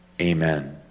Amen